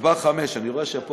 נדבך חמישי,